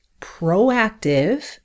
proactive